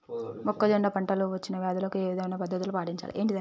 మొక్కజొన్న పంట లో వచ్చిన వ్యాధులకి ఏ విధమైన పద్ధతులు పాటించాలి?